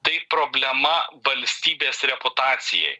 tai problema valstybės reputacijai